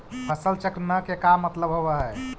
फसल चक्र न के का मतलब होब है?